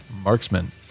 marksman